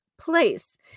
place